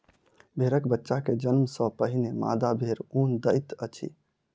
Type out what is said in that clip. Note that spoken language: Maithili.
भेड़क बच्चा के जन्म सॅ पहिने मादा भेड़ ऊन दैत अछि